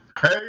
Hey